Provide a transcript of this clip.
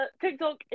TikTok